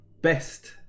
best